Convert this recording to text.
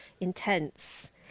intense